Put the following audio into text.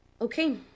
okay